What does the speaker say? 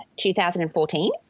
2014